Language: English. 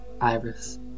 Iris